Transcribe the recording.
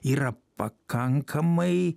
yra pakankamai